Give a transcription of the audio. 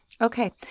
Okay